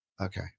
okay